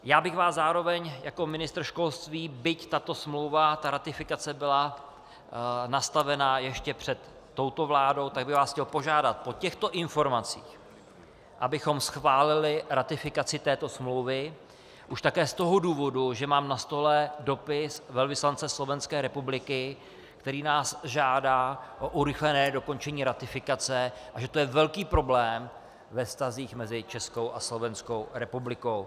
Já bych vás zároveň jako ministr školství, byť tato ratifikace byla nastavena ještě před touto vládou, chtěl požádat po těchto informacích, abychom schválili ratifikaci smlouvy už také z toho důvodu, že mám na stole dopis velvyslance Slovenské republiky, který nás žádá o urychlení dokončení ratifikace, a že je to velký problém ve vztazích mezi Českou republikou a Slovenskou republikou.